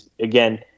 again